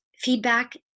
Feedback